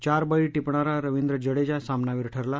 चार बळी टिपणारा रवींद्र जडेजा सामनावीर ठरला